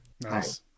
Nice